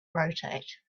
rotate